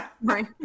Right